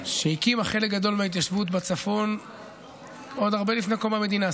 שהקימה חלק גדול מההתיישבות בצפון עוד הרבה לפני קום המדינה.